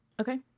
Okay